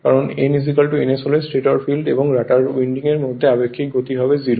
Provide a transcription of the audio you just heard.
কারণ n ns হলে stator field এবং রটার উইন্ডিংয়ের মধ্যে আপেক্ষিক গতি হবে 0